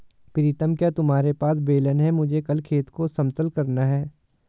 प्रीतम क्या तुम्हारे पास बेलन है मुझे कल खेत को समतल करना है?